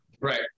Right